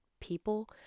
people